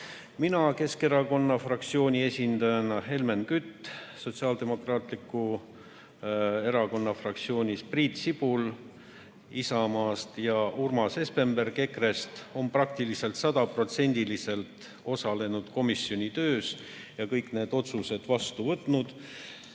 Mina Keskerakonna fraktsiooni esindajana, Helmen Kütt Sotsiaaldemokraatliku Erakonna fraktsioonist, Priit Sibul Isamaast ja Urmas Espenberg EKRE‑st on praktiliselt sajaprotsendiliselt osalenud komisjoni töös ja kõik need otsused vastu võtnud,